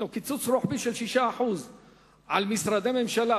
יש קיצוץ רוחבי של 6% על משרדי הממשלה,